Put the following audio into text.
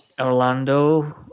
Orlando